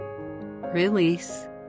Release